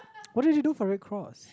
what did you do for red cross